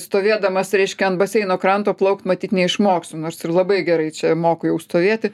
stovėdamas reiškia ant baseino kranto plaukt matyt neišmoksiu nors ir labai gerai čia moku jau stovėti